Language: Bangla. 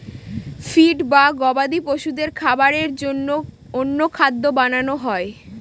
ফিড বা গবাদি পশুদের খাবারের জন্য অন্য খাদ্য বানানো হয়